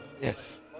Yes